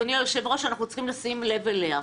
אדוני היושב-ראש, שאנחנו צריכים לשים לב אליה.